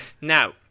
Now